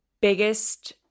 biggest